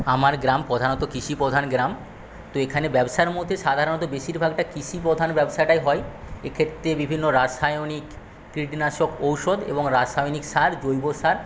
আমার গ্রাম প্রধানত কৃষিপ্রধান গ্রাম তো এখানে ব্যবসার মধ্যে সাধারণত বেশীরভাগটা কৃষিপ্রধান ব্যবসাটাই হয় এক্ষেত্রে বিভিন্ন রাসায়নিক কীটনাশক ঔষধ এবং রাসায়নিক সার জৈব সার